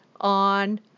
on